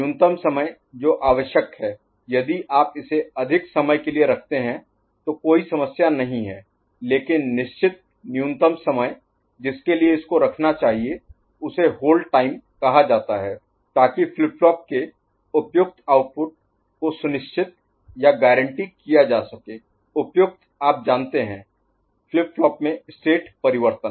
न्यूनतम समय जो आवश्यक है यदि आप इसे अधिक समय के लिए रखते हैं तो कोई समस्या नहीं है लेकिन निश्चित न्यूनतम समय जिसके लिए इसको रखना चाहिए उसे होल्ड टाइम कहा जाता है ताकि फ्लिप फ्लॉप के उपयुक्त आउटपुट को सुनिश्चित या गारंटी किया जा सके उपयुक्त आप जानते हैं फ्लिप फ्लॉप में स्टेट परिवर्तन